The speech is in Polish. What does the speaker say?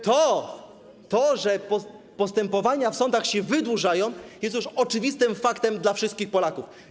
To, że postępowania w sądach się wydłużają, jest już oczywiste dla wszystkich Polaków.